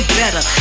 better